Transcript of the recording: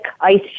ice